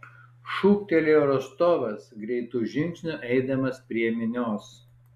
šūktelėjo rostovas greitu žingsniu eidamas prie minios